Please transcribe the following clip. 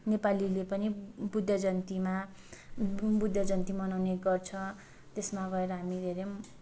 नेपालीले पनि बुद्ध जयन्तीमा बुद्ध जयन्ती मनाउने गर्छ त्यसमा गएर हामी हेर्यौँ